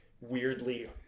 weirdly